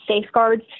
safeguards